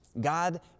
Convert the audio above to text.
God